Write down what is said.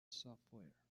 software